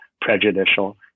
prejudicial